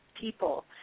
People